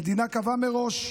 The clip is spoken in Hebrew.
המדינה קבעה מראש,